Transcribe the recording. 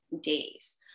days